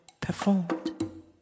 performed